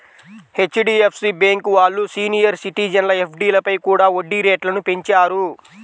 HDFC bank వాళ్ళు senior సిటిజన్ల ఎఫ్డీలపై కూడా వడ్డీ రేట్లను పెంచారు